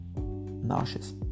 nauseous